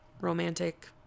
romantic